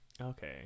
okay